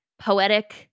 poetic